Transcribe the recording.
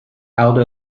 aldo